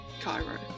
Cairo